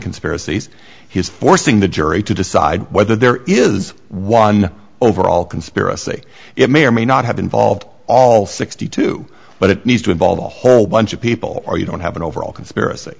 conspiracies he's forcing the jury to decide whether there is one overall conspiracy it may or may not have involved all sixty two but it needs to involve a whole bunch of people or you don't have an overall conspiracy